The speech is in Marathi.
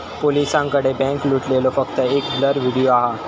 पोलिसांकडे बॅन्क लुटलेलो फक्त एक ब्लर व्हिडिओ हा